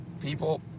people